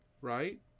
right